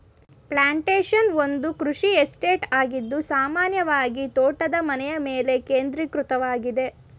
plantation ಒಂದು ಕೃಷಿ estate ಆಗಿದ್ದು ಸಾಮಾನ್ಯವಾಗಿತೋಟದ ಮನೆಯಮೇಲೆ ಕೇಂದ್ರೀಕೃತವಾಗಿದೆ